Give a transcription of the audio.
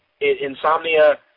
Insomnia